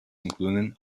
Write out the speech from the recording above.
including